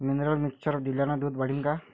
Mineral mixture दिल्यानं दूध वाढीनं का?